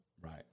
right